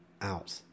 out